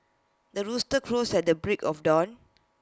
the rooster crows at the break of dawn